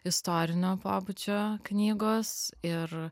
istorinio pobūdžio knygos ir